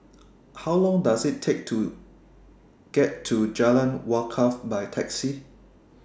How Long Does IT Take to get to Jalan Wakaff By Taxi